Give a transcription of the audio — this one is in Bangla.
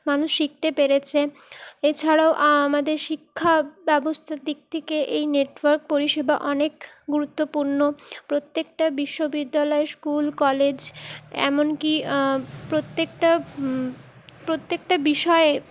মানুষ শিখতে পেরেছে এছাড়াও আমাদের শিক্ষাব্যবস্তার দিক থেকে এই নেটওয়ার্ক পরিষেবা অনেক গুরুত্বপূর্ণ প্রত্যেকটা বিশ্ববিদ্যালয় স্কুল কলেজ এমনকি প্রত্যেকটা প্রত্যেকটা বিষয়ে